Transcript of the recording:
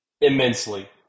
immensely